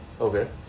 Okay